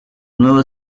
nuevo